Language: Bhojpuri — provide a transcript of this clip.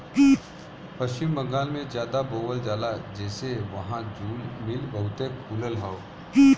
पश्चिम बंगाल में जादा बोवल जाला जेसे वहां जूल मिल बहुते खुलल हौ